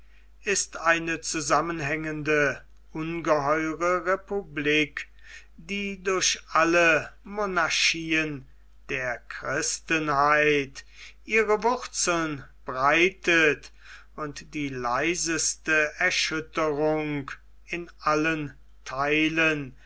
ist eine zusammenhängende ungeheure republik die durch alle monarchien der christenheit ihre wurzeln breitet und die leiseste erschütterung in allen theilen